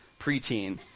preteen